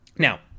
Now